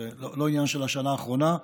זה לא עניין של השנה האחרונה,